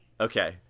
Okay